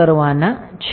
કરવાના છે